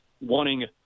wanting